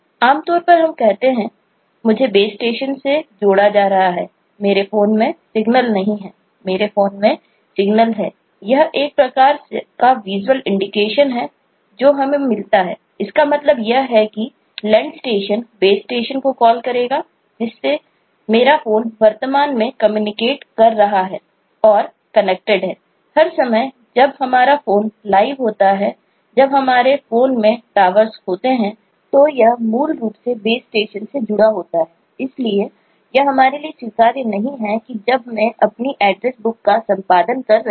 हम आमतौर पर कहते हैं मुझे बेस स्टेशन कर रहा हूं तो मेरा फोन कनेक्ट नहीं रहे